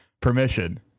permission